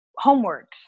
Homework